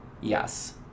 Yes